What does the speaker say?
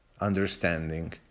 understanding